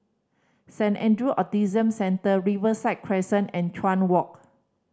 Saint Andrew Autism Centre Riverside Crescent and Chuan Walk